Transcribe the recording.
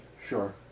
Sure